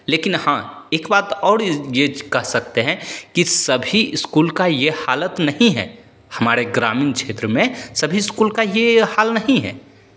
लेकिन हाँ एक बात और ये कह सकते हैं कि सभी स्कूल का ये हालत नहीं है हमारे ग्रामीण क्षेत्र में सभी स्कूल का ये हाल नहीं है